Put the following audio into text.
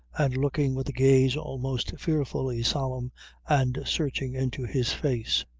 and looking with a gaze almost fearfully solemn and searching into his face.